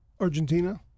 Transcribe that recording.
Argentina